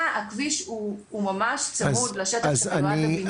הכביש הוא ממש צמוד לשטח שמיועד לבינוי.